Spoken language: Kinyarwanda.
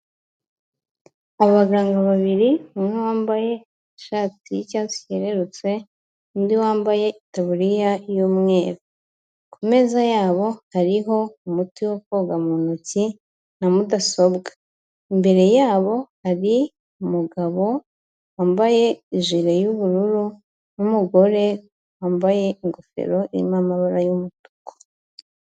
Abaganga babiri, umwe wambaye ishati y'icyatsi cyerurutse undi wambaye itaburiya y'umweru, ku meza yabo hariho umuti wo koga mu ntoki na mudasobwa, imbere yabo hari umugabo wambaye ijire y'ubururu n'umugore wambaye ingofero irimo amabara y'umutuku.